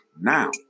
now